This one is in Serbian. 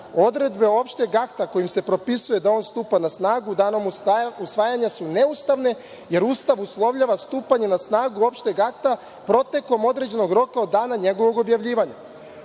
„Odredbe opšteg akta kojim se propisuje da on stupa na snagu danom usvajanja su neustavne, jer Ustav uslovljava stupanje na snagu opšteg akta protekom određenog roka od dana njegovog objavljivanja“.